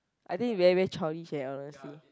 I think he very very childish eh honestly